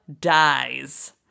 Dies